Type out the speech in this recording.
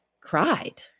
cried